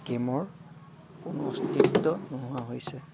গেমৰ কোনো অস্তিত্ব নোহোৱা হৈছে